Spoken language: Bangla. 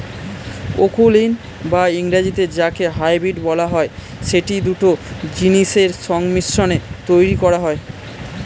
অকুলীন বা ইংরেজিতে যাকে হাইব্রিড বলা হয়, সেটি দুটো জিনিসের সংমিশ্রণে তৈরী করা হয়